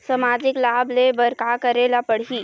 सामाजिक लाभ ले बर का करे ला पड़ही?